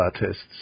Artists